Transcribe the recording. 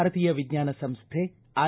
ಭಾರತೀಯ ವಿಜ್ಞಾನ ಸಂಸ್ಥೆ ಐ